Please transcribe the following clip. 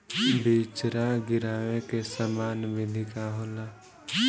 बिचड़ा गिरावे के सामान्य विधि का होला?